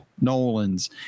Nolan's